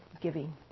giving